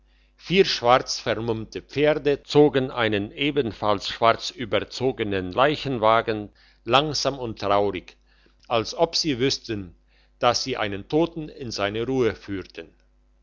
vier schwarz vermummte pferde zogen einen ebenfalls schwarz überzogenen leichenwagen langsam und traurig als ob sie wüssten dass sie einen toten in seine ruhe führten